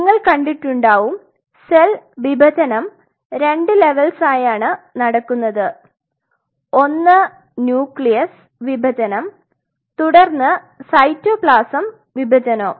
നിങ്ങൾ കണ്ടിട്ടുണ്ടാവും സെൽ വിഭജനം 2 ലെവൽസയാണ് നടക്കുന്നത് ഒന്ന് ഒന്ന് ന്യൂക്ലിയസ് വിഭജനം തുടർന്ന് സൈറ്റോപ്ലാസം വിഭജനോം